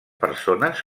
persones